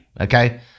Okay